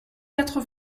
quatre